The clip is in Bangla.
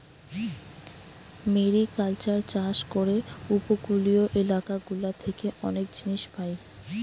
মেরিকালচার চাষ করে উপকূলীয় এলাকা গুলা থেকে অনেক জিনিস পায়